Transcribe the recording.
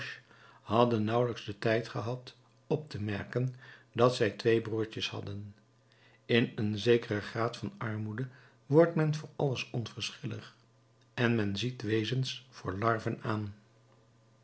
hadden nauwelijks den tijd gehad op te merken dat zij twee broertjes hadden in een zekeren graad van armoede wordt men voor alles onverschillig en men ziet wezens voor larven aan